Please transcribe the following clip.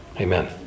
amen